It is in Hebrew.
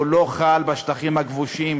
הוא לא חל בשטחים הכבושים.